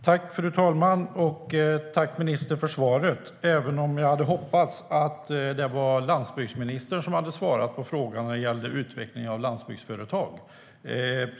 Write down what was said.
Fru talman! Tack, ministern, för svaret, även om jag hade hoppats att landsbygdsministern skulle svara på frågan om utvecklingen av landsbygdsföretag!